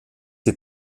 die